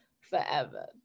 forever